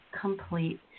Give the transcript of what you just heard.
complete